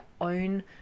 own